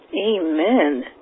Amen